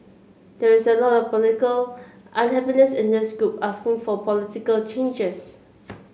there is a lot of political unhappiness in this group asking for political changes